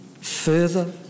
further